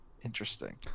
interesting